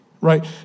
Right